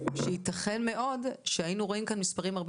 הוא שייתכן מאוד שהיינו רואים כאן מספרים הרבה